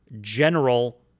general